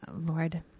Lord